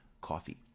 coffee